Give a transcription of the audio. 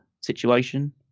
situation